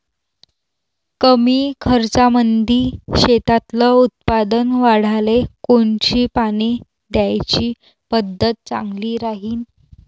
कमी खर्चामंदी शेतातलं उत्पादन वाढाले कोनची पानी द्याची पद्धत चांगली राहीन?